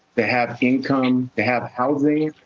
to have income, to have housing,